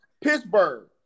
Pittsburgh